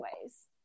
ways